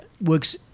works